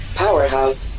Powerhouse